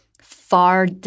far